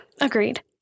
Agreed